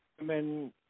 men